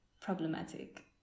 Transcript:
problematic